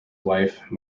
wife